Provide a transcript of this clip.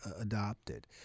adopted